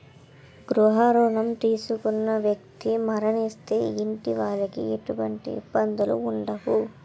గృహ రుణం తీసుకున్న వ్యక్తి మరణిస్తే ఇంటి వాళ్లకి ఎటువంటి ఇబ్బందులు ఉండవు